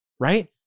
right